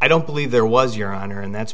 i don't believe there was your honor and that's